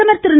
பிரதமா் திரு